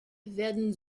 werden